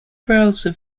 browser